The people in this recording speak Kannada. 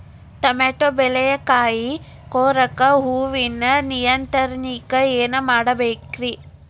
ಟಮಾಟೋ ಬೆಳೆಯ ಕಾಯಿ ಕೊರಕ ಹುಳುವಿನ ನಿಯಂತ್ರಣಕ್ಕ ಏನ್ ಮಾಡಬೇಕ್ರಿ?